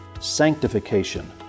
sanctification